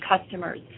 customers